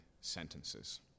sentences